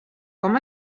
com